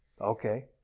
Okay